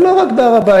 אבל לא רק בהר-הבית.